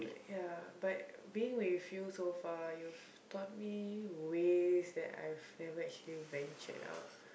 ya but being with you so far you've taught me ways that I've never actually ventured out